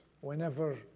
whenever